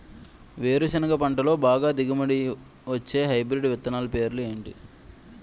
వేరుసెనగ పంటలో బాగా దిగుబడి వచ్చే హైబ్రిడ్ విత్తనాలు పేర్లు ఏంటి?